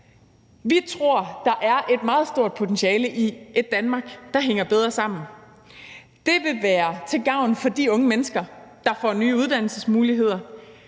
Vi tror, at der er et meget stort potentiale i et Danmark, der hænger bedre sammen. Det vil være til gavn for de unge mennesker, der får nye uddannelsesmuligheder.